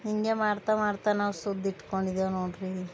ಹೀಗೆ ಮಾಡ್ತಾ ಮಾಡ್ತಾ ನಾವು ಶುದ್ಧ ಇಟ್ಕೊಂಡಿದೇವೆ ನೋಡಿರಿ